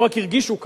לא רק הרגישו כך,